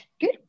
good